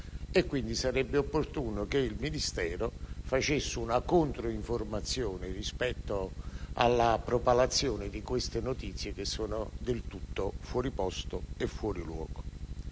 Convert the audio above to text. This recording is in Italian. quindi opportuno che il Ministero facesse una controinformazione rispetto alla propalazione di queste notizie che sono del tutto fuori posto e fuori luogo.